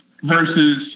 Versus